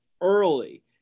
early